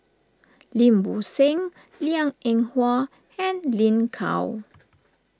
Lim Bo Seng Liang Eng Hwa and Lin Gao